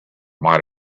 might